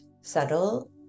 subtle